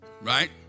right